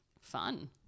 fun